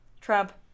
Trump